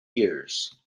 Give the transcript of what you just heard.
years